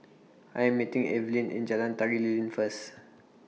I Am meeting Evelyn in Jalan Tari Lilin First